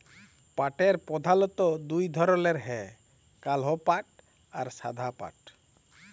পাটের পরধালত দু ধরলের হ্যয় কাল পাট আর সাদা পাট